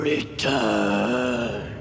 Return